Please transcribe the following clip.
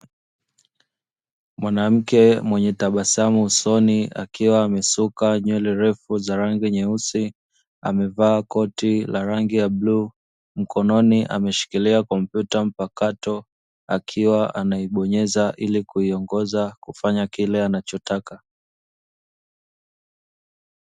Mwanamke mwenye tabasamu usoni akiwa amesuka nywele refu za rangi nyeusi, amevaa koti la rangi ya bluu, mkononi ameshikilia kompyuta mpakato akiwa anaibonyeza ili kuiongoza kufanya kile anachotaka.